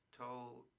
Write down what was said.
told